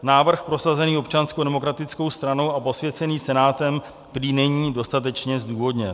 Návrh prosazený Občanskou demokratickou stranou a posvěcený Senátem prý není dostatečně zdůvodněn.